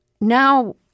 now